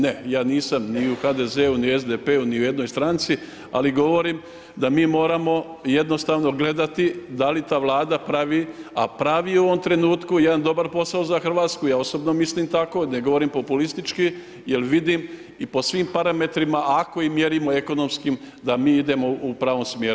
Ne, ja nisam ni u HDZ-u, ni u SDP-u ni u jednoj stranci, ali govorim da mi moramo jednostavno gledati da li ta Vlada pravi, a pravi u ovom trenutku jedan dobar posao za Hrvatsku ja osobno mislim tako, ne govorim populistički jel vidim i po svim parametrima, a ako i mjerimo ekonomskim da mi idemo u pravom smjeru.